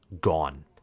gone